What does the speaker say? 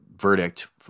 verdict